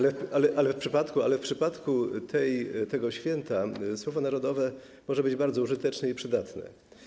Jednak w przypadku tego święta słowo ˝narodowe˝ może być bardzo użyteczne i przydatne.